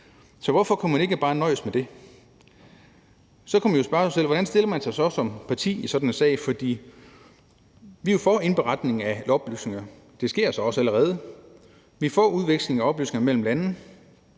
Så hvorfor kunne man ikke bare nøjes med det? Så kan man jo spørge sig selv, hvordan man som parti stiller sig i sådan en sag. Vi er jo for indberetning af oplysninger. Det sker så også allerede. Vi er for udveksling af oplysninger mellem lande.